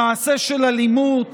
למעשה של אלימות